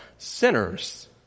sinners